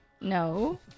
No